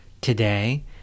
Today